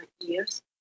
years